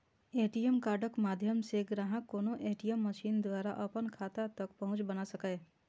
ATM कार्डक माध्यम सं ग्राहक कोनो ए.टी.एम मशीन द्वारा अपन खाता तक पहुंच बना सकैए